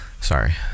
sorry